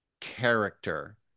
character